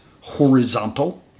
horizontal